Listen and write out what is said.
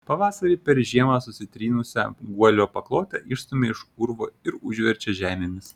pavasarį per žiemą susitrynusią guolio paklotę išstumia iš urvo ir užverčia žemėmis